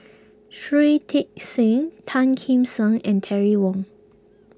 Shui Tit Sing Tan Kim Seng and Terry Wong